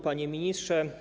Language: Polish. Panie Ministrze!